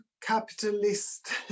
capitalist